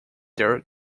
their